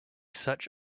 such